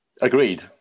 Agreed